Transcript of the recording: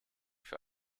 für